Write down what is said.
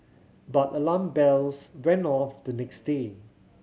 but alarm bells went off the next day